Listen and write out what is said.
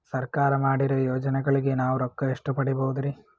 ಸರ್ಕಾರ ಮಾಡಿರೋ ಯೋಜನೆಗಳಿಗೆ ನಾವು ರೊಕ್ಕ ಎಷ್ಟು ಪಡೀಬಹುದುರಿ?